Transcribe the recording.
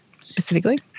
specifically